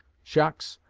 shocks,